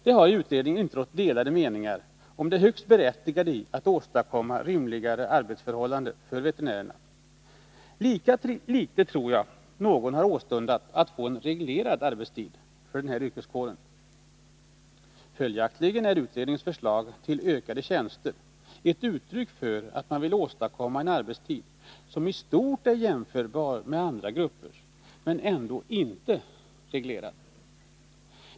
Det har i utredningen inte rått delade meningar om det högst berättigade i att åstadkomma rimligare arbetsförhållanden för veterinärerna. Lika litet tror jag någon har åstundat att få en reglerad arbetstid för den här yrkeskåren. Följaktligen är utredningens förslag till ökat antal tjänster ett uttryck för att man vill åstadkomma en arbetstid som i stort är jämförbar med andra gruppers men ändå inte är reglerad.